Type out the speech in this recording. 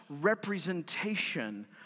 representation